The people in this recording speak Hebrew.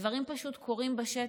הדברים פשוט קורים בשטח.